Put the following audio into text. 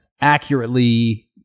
accurately